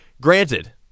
Granted